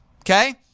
okay